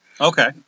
Okay